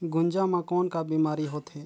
गुनजा मा कौन का बीमारी होथे?